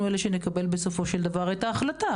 אלה שנקבל בסופו של דבר את ההחלטה.